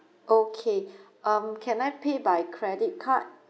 okay um can I pay by credit card